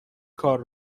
کار